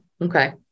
Okay